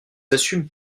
assume